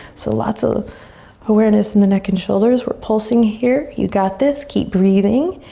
so lot's of awareness in the neck and shoulders. we're pulsing here, you got this. keep breathing,